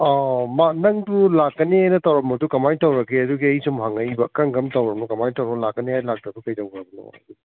ꯅꯪꯗꯨ ꯂꯥꯛꯀꯅꯤꯅ ꯇꯧꯔꯝꯕꯗꯨ ꯀꯃꯥꯏꯅ ꯇꯧꯔꯒꯦ ꯑꯗꯨꯒꯤ ꯑꯩ ꯁꯨꯝ ꯍꯪꯉꯛꯏꯕ ꯀꯔꯝ ꯀꯔꯝ ꯇꯧꯔꯃꯣ ꯀꯃꯥꯏꯅ ꯇꯧꯔꯃꯣ ꯂꯥꯛꯀꯅꯦ ꯍꯥꯏꯔꯒ ꯂꯥꯛꯇꯕꯗꯣ ꯀꯩꯗꯧꯈ꯭ꯔꯕꯅꯣꯅ